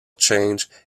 change